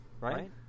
Right